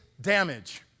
damage